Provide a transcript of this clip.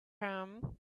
him